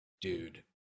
Dude